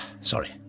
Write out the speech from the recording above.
Sorry